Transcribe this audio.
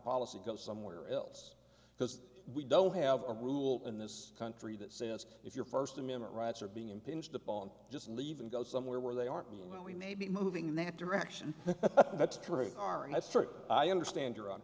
policy go somewhere else because we don't have a rule in this country that says if your first amendment rights are being impinged upon just leave and go somewhere where they aren't you and we may be moving in that direction that's true they are and that's true i understand you're o